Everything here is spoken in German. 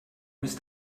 ist